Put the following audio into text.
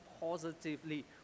positively